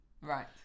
right